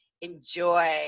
enjoy